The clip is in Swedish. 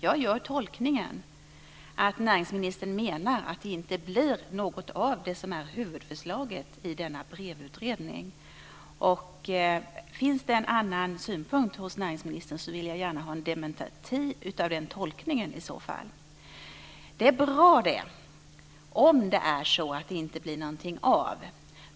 Jag gör tolkningen att näringsministern menar att det inte blir något av det som är huvudförslaget i denna BREV-utredning. Finns det en annan synpunkt hos näringsministern vill jag gärna ha en dementi av den tolkningen i så fall. Det är bra om det är så att det inte blir någonting av.